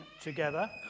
together